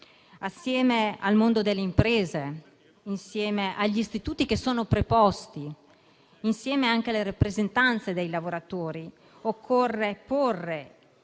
Insieme al mondo delle imprese, insieme agli istituti che vi sono preposti e insieme alle rappresentanze dei lavoratori occorre porre